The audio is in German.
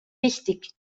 wichtig